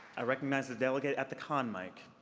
i recognize the delegate at the con mic.